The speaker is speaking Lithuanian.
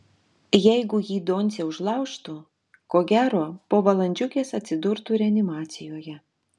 jeigu jį doncė užlaužtų ko gero po valandžiukės atsidurtų reanimacijoje